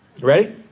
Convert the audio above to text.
ready